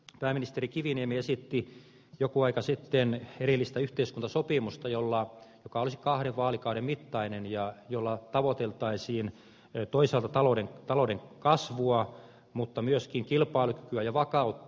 pääministeri kiviniemi esitti joku aika sitten erillistä yhteiskuntasopimusta joka olisi kahden vaalikauden mittainen ja jolla tavoiteltaisiin toisaalta talouden kasvua mutta myöskin kilpailukykyä ja vakautta